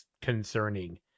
concerning